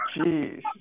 jeez